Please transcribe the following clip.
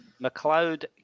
McLeod